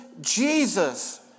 Jesus